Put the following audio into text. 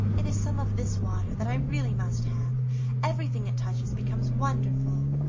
it is some of this water that i really must have everything it touches becomes wonderful.